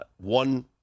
one